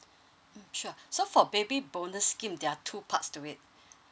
mm sure so for baby bonus scheme there are two parts to it